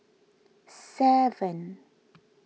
seven